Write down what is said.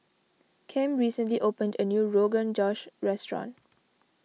Kem recently opened a new Rogan Josh restaurant